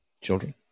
children